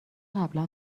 قبلا